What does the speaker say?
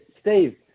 Steve